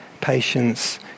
patience